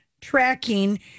tracking